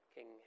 King